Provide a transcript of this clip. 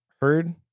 heard